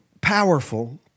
powerful